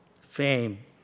fame